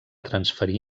transferir